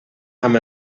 amb